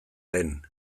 lehen